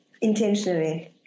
intentionally